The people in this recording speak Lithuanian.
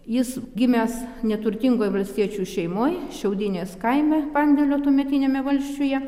jis gimęs neturtingoj valstiečių šeimoj šiaudinės kaime pandėlio tuometiniame valsčiuje